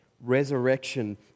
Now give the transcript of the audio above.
resurrection